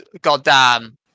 goddamn